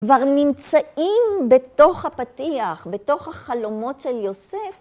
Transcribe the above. כבר נמצאים בתוך הפתיח, בתוך החלומות של יוסף.